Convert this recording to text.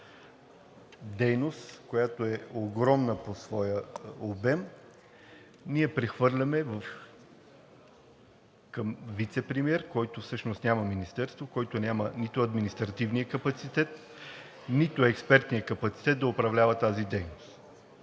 дейност, която е огромна по своя обем, и ние прехвърляме към вицепремиер, който всъщност няма министерство, който няма нито административния капацитет, нито експертния капацитет да управлява тази дейност.